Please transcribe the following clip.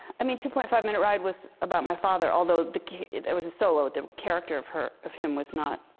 i mean, two point five minute ride was about my father. although it was a solo. the character of her of him was not